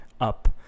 Up